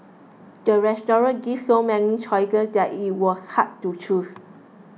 the restaurant gave so many choices that it was hard to choose